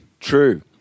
True